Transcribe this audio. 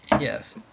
Yes